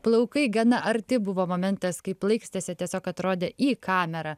plaukai gana arti buvo momentas kai plaikstėsi tiesiog atrodė į kamerą